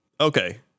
Okay